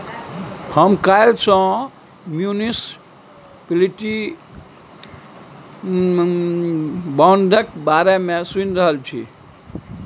हम काल्हि सँ म्युनिसप्लिटी बांडक बारे मे सुनि रहल छी